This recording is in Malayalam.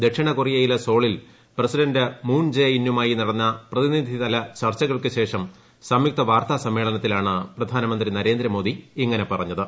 ദക്ഷിണ കൊറിയയിലെ സോളിൽ പ്രസിഡന്റ് മൂൺ ജെ ഇന്നുമായി നടന്ന പ്രതിനിധിതല ചർച്ചകൾക്ക് ശേഷം സംയുക്ത വാർത്താ സമ്മേളനത്തിലാണ് പ്രധാനമന്ത്രി നരേന്ദ്രമോദി ഇങ്ങനെ പറഞ്ഞത്